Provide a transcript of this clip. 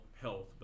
health